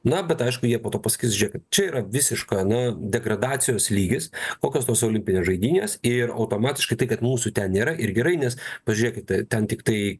na bet aišku jie po to pasakys žiekit čia yra visiška na degradacijos lygis kokios tos olimpinės žaidynės ir automatiškai tai kad mūsų ten nėra ir gerai nes pažiūrėkite ten tiktai